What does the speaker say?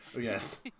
Yes